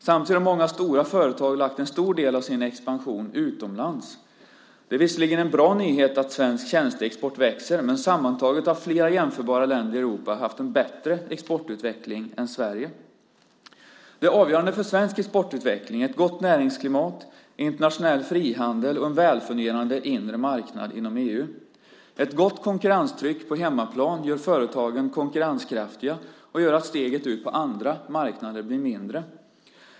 Samtidigt har många stora företag lagt en stor del av sin expansion utomlands. Det är visserligen en bra nyhet att svensk tjänsteexport växer, men sammantaget har flera jämförbara länder i Europa haft en bättre exportutveckling än Sverige. Det avgörande för svensk exportutveckling är ett gott näringsklimat, internationell frihandel och en väl fungerande inre marknad inom EU. Ett gott konkurrenstryck på hemmaplan gör företagen konkurrenskraftiga och gör att steget ut på andra marknader blir mindre.